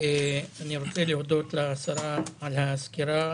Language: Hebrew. שיעור עסקים,